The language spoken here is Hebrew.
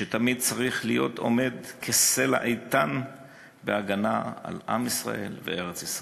שתמיד צריך להיות עומד כסלע איתן בהגנה על עם ישראל וארץ-ישראל.